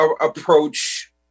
approach